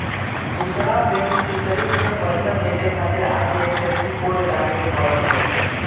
दूसरा बेनिफिसरी में पईसा भेजे खातिर आई.एफ.एस.सी कोड डाले के पड़त हवे